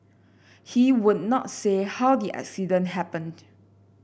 he would not say how the accident happened